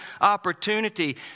opportunity